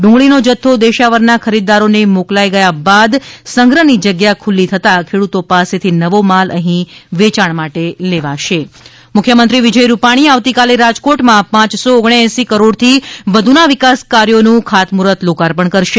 ડુંગળીનો જથ્થો દેશાવરના ખરીદદારો ને મોકલાઈ ગયા બાદ સંગ્રહ ની જગ્યા ખુલ્લી થતાં ખેડૂતો પાસેથી નવો માલ અહી વેચાણ માટે લેવાશે મુખ્યમંત્રી મુખ્યમંત્રી વિજય રૂપાણી આવતીકાલે રાજકોટમાં પાંચસો ઓંગણએસી કરોડથી વધુના વિકાસ કાર્યોનું ખાતમુહૂર્ત લોકાર્પણ કરશે